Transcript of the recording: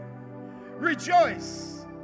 rejoice